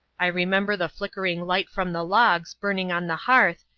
i remember the flickering light from the logs burning on the hearth,